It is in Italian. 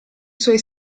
suoi